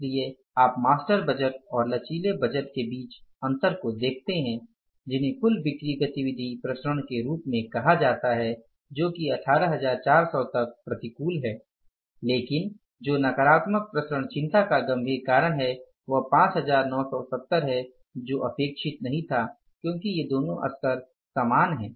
इसलिए आप master budget और लचीले बजट के बीच अंतर को देखते हैं जिन्हें कुल बिक्री गतिविधि विचरण के रूप में कहा जाता है जो कि 18400 तक प्रतिकूल है लेकिन जो नकारात्मक विचरण चिंता का गंभीर कारण है वह 5970 है जो अपेक्षित नहीं था क्योंकि ये दोनों स्तर समान हैं